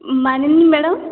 Manini madam